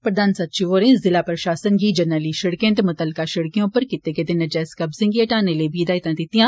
प्रधान सचिव होरें जिला प्रशासन गी जरनैली शिड़कें ते मुतलका शिड़कें उप्पर कीत्ते गेदे नजैज कब्जे गी हटाने लेई बी हिदायता जारी कीत्तियां